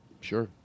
Sure